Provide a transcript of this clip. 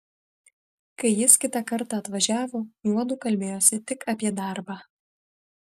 kai jis kitą kartą atvažiavo juodu kalbėjosi tik apie darbą